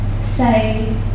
Say